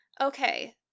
okay